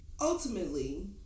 ultimately